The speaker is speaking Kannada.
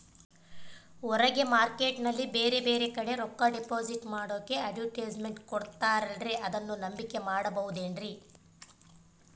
ಹೊರಗೆ ಮಾರ್ಕೇಟ್ ನಲ್ಲಿ ಬೇರೆ ಬೇರೆ ಕಡೆ ರೊಕ್ಕ ಡಿಪಾಸಿಟ್ ಮಾಡೋಕೆ ಅಡುಟ್ಯಸ್ ಮೆಂಟ್ ಕೊಡುತ್ತಾರಲ್ರೇ ಅದನ್ನು ನಂಬಿಕೆ ಮಾಡಬಹುದೇನ್ರಿ?